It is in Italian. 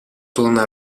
torna